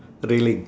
railing